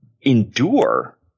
endure